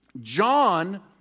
John